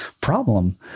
problem